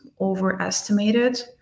overestimated